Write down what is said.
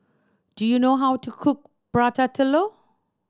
do you know how to cook Prata Telur